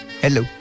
Hello